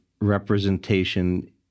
representation